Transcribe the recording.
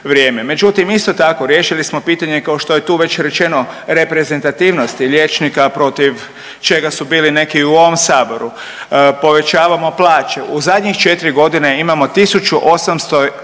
vrijeme. Međutim, isto tako riješili smo pitanje kao što je tu već rečeno reprezentativnosti liječnika protiv čega su bili neki i u ovom saboru. Povećavamo plaće. U zadnjih 4 godine imamo 1888